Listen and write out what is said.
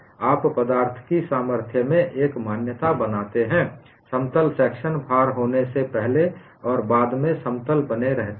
आप पदार्थ की सामर्थ्य में एक मान्यता बनाते हैं समतल सेक्शन भार होने से पहले और बाद में समतल बने रहते हैं